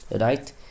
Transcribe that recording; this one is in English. right